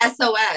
SOS